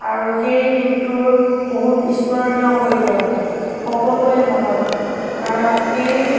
আৰু সেই দিনটোৰ বহুত স্মৰণীয় হৈ ৰয় সকলোৰে মনত কাৰণ সেই